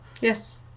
Yes